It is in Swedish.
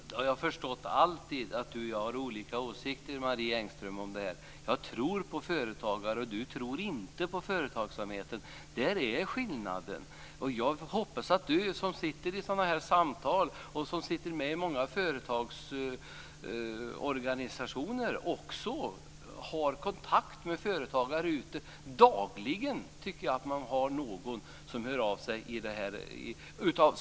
Fru talman! Jag har förstått att Marie Engström och jag alltid har olika åsikter i det här sammanhanget. Jag tror på företagarna men Marie Engström tror inte på företagsamheten. Däri ligger skillnaden. Jag hoppas att Marie Engström som deltar i sådana här samtal och som sitter med i många företagsorganisationer också har kontakt med företagare ute. Själv tycker jag att det dagligen är någon som hör av sig i de här frågorna.